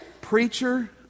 Preacher